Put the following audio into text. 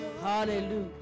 Hallelujah